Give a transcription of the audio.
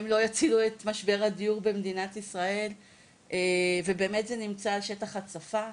הן לא יצילו את משבר הדיור במדינת ישראל ובאמת זה נמצא על שטח הצפה.